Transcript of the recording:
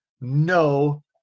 no